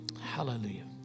Hallelujah